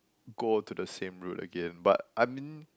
go to the same route again but I mean